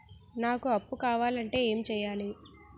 నాకు అప్పు కావాలి అంటే ఎం చేయాలి?